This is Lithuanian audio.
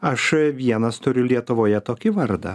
aš vienas turiu lietuvoje tokį vardą